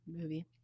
movie